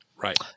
Right